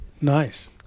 Nice